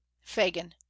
fagin